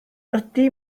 ydy